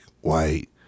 white